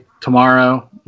tomorrow